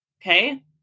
Okay